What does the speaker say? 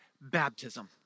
baptism